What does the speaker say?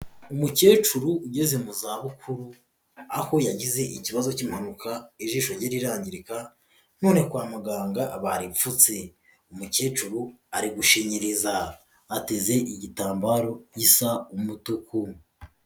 Umukecuru ugeze mu zabukuru, aho yagize ikibazo cy'impanuka ijisho rye rirangirika, none kwa muganga baripfutse. Umukecuru ari gushinyiriza. Ateze igitambaro gisa umutuku.